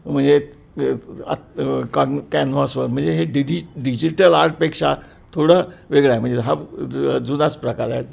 म्हणजे आ कन कॅन्व्हासवर म्हणजे हे डिजि डिजिटल आर्टपेक्षा थोडं वेगळ आहे म्हणजे हा ज जुनाच प्रकार आहे